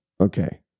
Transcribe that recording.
Okay